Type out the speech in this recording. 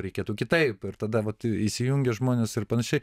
reikėtų kitaip ir tada vat įsijungė žmonės ir panašiai